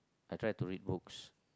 I try to read books